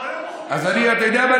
אבל היו פה חוקים, אז אני, אתה יודע מה?